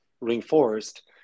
reinforced